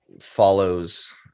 follows